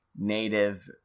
native